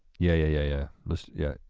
yeah yeah yeah yeah, let's, yeah.